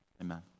Amen